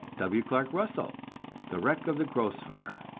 w. clark russell the wreck of the grosvenor.